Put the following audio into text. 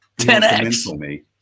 10X